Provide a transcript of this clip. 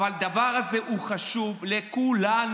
אבל הדבר הזה הוא חשוב לכולנו,